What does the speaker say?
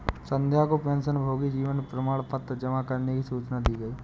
संध्या को पेंशनभोगी जीवन प्रमाण पत्र जमा करने की सूचना दी गई